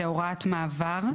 זו הוראת מעבר.